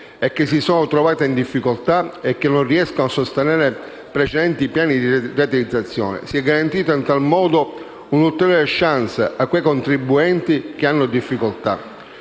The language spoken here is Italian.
che si sono trovate in difficoltà e che non riescono a sostenere precedenti piani di rateizzazione; si è garantita, in tal modo, un'ulteriore *chance* a quei contribuenti che hanno difficoltà.